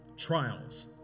trials